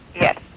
Yes